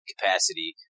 capacity